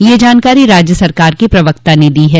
यह जानकारी राज्य सरकार के प्रवक्ता ने दी है